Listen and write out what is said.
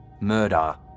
murder